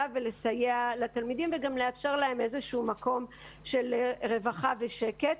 ולסייע לתלמידים וגם לאפשר להם מקום של רווחה ושקט.